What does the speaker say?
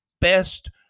best